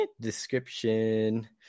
description